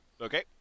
Okay